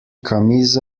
camisa